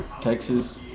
Texas